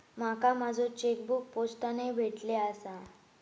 माका माझो चेकबुक पोस्टाने भेटले आसा